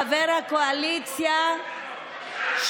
חבר הקואליציה,